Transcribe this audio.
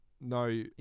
No